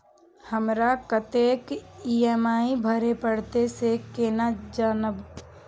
हमरा कतेक ई.एम.आई भरें परतें से केना जानब?